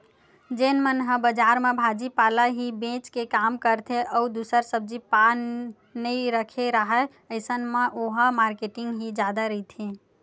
जेन मन ह बजार म भाजी पाला ही बेंच के काम करथे अउ दूसर सब्जी पान नइ रखे राहय अइसन म ओहा मारकेटिंग ही जादा रहिथे